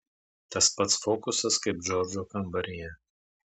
tas pats fokusas kaip džordžo kambaryje